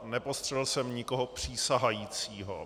Nepostřehl jsem nikoho přísahajícího.